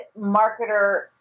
marketer